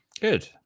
Good